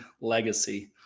legacy